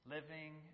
Living